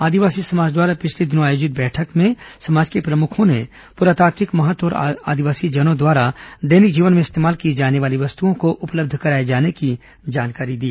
आदिवासी समाज द्वारा पिछले दिनों आयोजित एक बैठक में समाज के प्रमुखों ने पुरातात्विक महत्व और आदिवासीजनों द्वारा दैनिक जीवन में इस्तेमाल की जानी वाली वस्तुओं को उपलब्ध कराए जाने की जानकारी दी